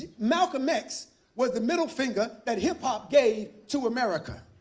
malcolm x was the middle finger that hip-hop gave to america.